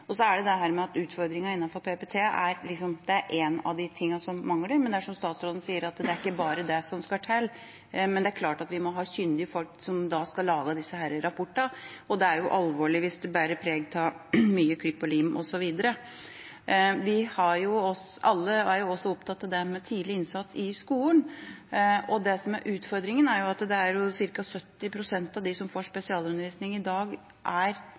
PPT er én av de tingene som mangler, men som statsråden sier, er det ikke bare det som skal til. Det er klart at vi må ha kyndige folk som skal lage disse rapportene, og det er jo alvorlig hvis det bærer preg av mye klipp og lim osv. Alle er opptatt av tidlig innsats i skolen. Det som er utfordringen, er at ca. 70 pst. av dem som får spesialundervisning i dag, undervises av ufaglærte. Det er